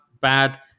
Bad